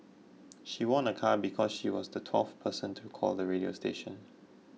she won a car because she was the twelfth person to call the radio station